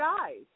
eyes